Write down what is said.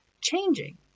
changing